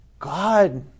God